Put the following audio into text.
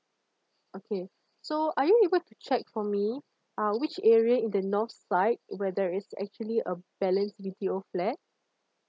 okay so are you able to check for me uh which area in the north side where there is actually a balance B_T_O flat